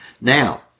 Now